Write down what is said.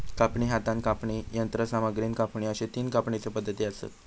कापणी, हातान कापणी, यंत्रसामग्रीन कापणी अश्ये तीन कापणीचे पद्धती आसत